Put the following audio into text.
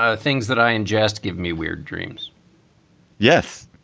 ah things that i ingest, give me weird dreams yes.